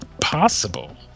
possible